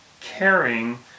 caring